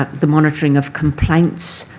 the monitoring of complaints,